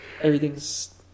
Everything's